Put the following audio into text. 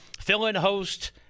fill-in-host